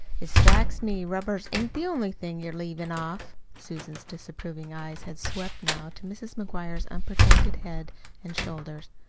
it strikes me rubbers ain't the only thing you're leavin' off. susan's disapproving eyes had swept now to mrs. mcguire's unprotected head and shoulders.